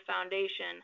foundation